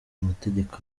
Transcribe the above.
amategeko